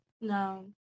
no